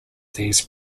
these